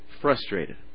frustrated